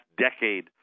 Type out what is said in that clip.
decade